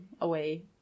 away